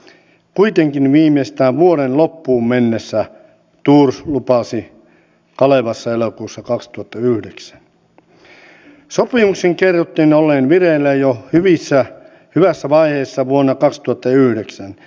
kuitenkin näen että suomen talouden tilannetta on mahdollista korjata nimenomaan vain yritysten toimintaedellytyksiä parantamalla yrittäjyyteen kannustamalla ja sääntelyjä ja normeja purkamalla